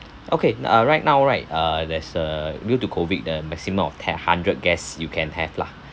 okay n~ uh right now right uh there's uh due to COVID the maximum of hundred guests you can have lah